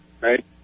right